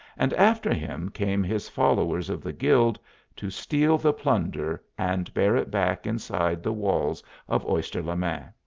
and after him came his followers of the guild to steal the plunder and bear it back inside the walls of oyster-le-main.